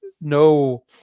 no